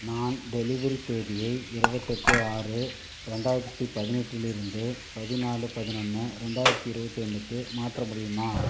நான் டெலிவரி தேதியை இருவத்தெட்டு ஆறு ரெண்டாயிரத்தி பதினெட்டிலிருந்து பதிநாலு பதினொன்று ரெண்டாயிரத்தி இருபத்தொன்றுக்கு மாற்ற முடியுமா